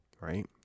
right